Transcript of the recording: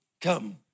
come